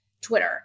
Twitter